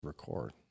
Record